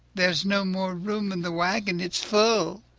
there's no more room in the wagon. it is full.